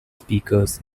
speakers